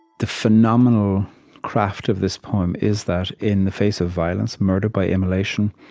the phenomenal craft of this poem is that in the face of violence, murder by immolation,